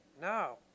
no